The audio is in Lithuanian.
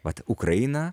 vat ukraina